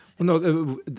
No